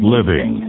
Living